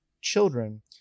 children